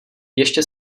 ještě